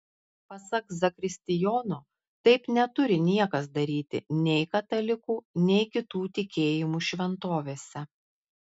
pasak zakristijono taip neturi niekas daryti nei katalikų nei kitų tikėjimų šventovėse